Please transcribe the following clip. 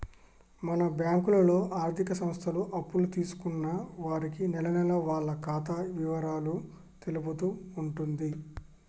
మన బ్యాంకులో ఆర్థిక సంస్థలు అప్పులు తీసుకున్న వారికి నెలనెలా వాళ్ల ఖాతా ఇవరాలు తెలుపుతూ ఉంటుంది